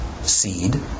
seed